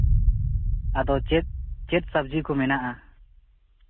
ᱟᱫᱚ ᱪᱮᱫ ᱪᱮᱫ ᱥᱚᱵᱽᱡᱤ ᱠᱚ ᱢᱮᱱᱟᱜᱼᱟ